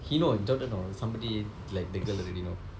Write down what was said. he no jordan no somebody like the girl already know